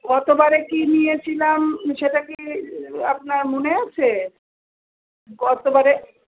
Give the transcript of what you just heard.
গতবারে কী নিয়েছিলাম সেটা কি আপনার মনে আছে গতবারে